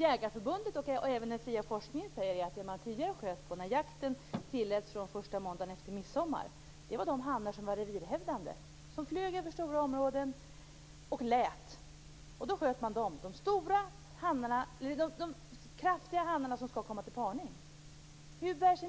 Jägarförbundet, och även den fria forskningen, säger att det som man tidigare sköt på när jakten tilläts från första måndagen efter midsommar var de hannar som var revirhävdande och som flög över stora områden och lät. Då sköt man dessa kraftiga hannar som skall komma till parning. Hur bär sig